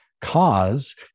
cause